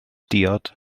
diod